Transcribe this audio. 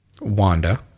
Wanda